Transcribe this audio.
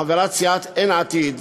חברת סיעת אין עתיד,